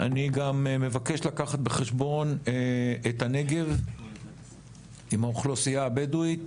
אני גם מבקש לקחת בחשבון את הנגב עם האוכלוסייה הבדואית.